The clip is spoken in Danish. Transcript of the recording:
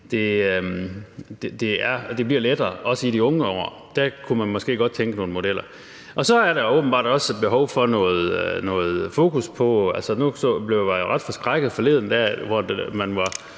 det bliver lettere, også i de unge år. Der kunne man måske godt udtænke nogle modeller. Så er der åbenbart også et behov for noget fokus på seksualundervisning. Jeg blev ret forskrækket forleden dag, da man var